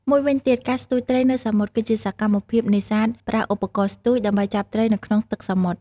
មួយវិញទៀតការស្ទូចត្រីនៅសមុទ្រ គឺជាសកម្មភាពនេសាទប្រើឧបករណ៍ស្ទូច ដើម្បីចាប់ត្រីនៅក្នុងទឹកសមុទ្រ។